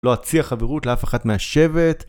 לא אציע חברות לאף אחת מהשבט.